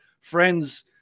friends